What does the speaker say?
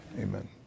Amen